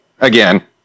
Again